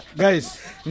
Guys